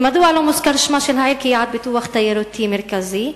מדוע לא מוזכר שמה של העיר כיעד פיתוח תיירותי מרכזי?